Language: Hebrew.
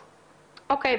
או.קי.,